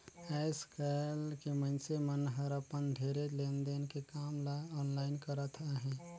आएस काएल के मइनसे मन हर अपन ढेरे लेन देन के काम ल आनलाईन करत अहें